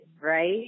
right